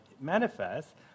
manifest